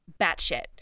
batshit